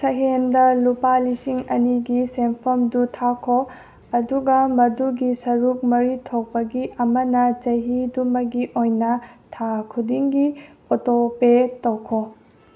ꯁꯛꯍꯦꯟꯗ ꯂꯨꯄꯥ ꯂꯤꯁꯤꯡ ꯑꯅꯤꯒꯤ ꯁꯦꯟꯐꯃꯗꯨ ꯊꯥꯈꯣ ꯑꯗꯨꯒ ꯃꯗꯨꯒꯤ ꯁꯔꯨꯛ ꯃꯔꯤ ꯊꯣꯛꯄꯒꯤ ꯑꯃꯅ ꯆꯍꯤꯗꯨꯃꯒꯤ ꯑꯣꯏꯅ ꯊꯥ ꯈꯨꯗꯤꯡꯒꯤ ꯑꯣꯇꯣ ꯄꯦ ꯇꯧꯈꯣ